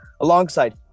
alongside